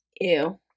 Ew